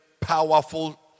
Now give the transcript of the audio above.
powerful